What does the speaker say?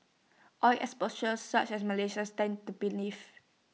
oil exporters such as Malaysia stand to benefit